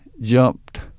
jumped